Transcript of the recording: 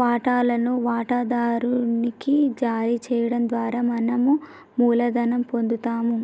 వాటాలను వాటాదారు నికి జారీ చేయడం ద్వారా మనం మూలధనం పొందుతాము